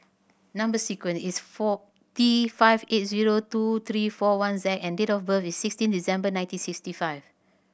number sequence is four T five eight zero two three four one Z and date of birth is sixteen December nineteen sixty five